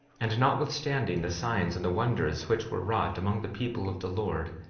and notwithstanding the signs and the wonders which were wrought among the people of the lord,